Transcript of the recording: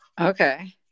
Okay